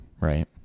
right